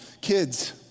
Kids